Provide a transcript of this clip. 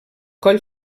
coll